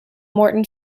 morton